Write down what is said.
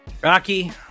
Rocky